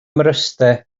mryste